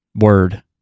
word